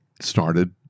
Started